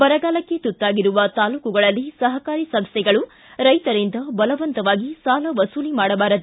ಬರಗಾಲಕ್ಕೆ ತುತ್ತಾಗಿರುವ ತಾಲೂಕುಗಳಲ್ಲಿ ಸಹಕಾರಿ ಸಂಸ್ಥೆಗಳು ರೈತರಿಂದ ಬಲವಂತವಾಗಿ ಸಾಲ ವಸೂಲಿ ಮಾಡಬಾರದು